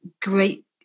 great